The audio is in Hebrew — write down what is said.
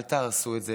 אל תהרסו את זה.